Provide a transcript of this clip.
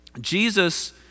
Jesus